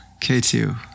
K2